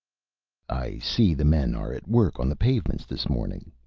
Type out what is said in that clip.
i see the men are at work on the pavements this morning,